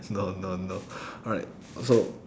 no no no alright so